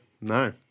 No